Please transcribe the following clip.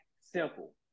simple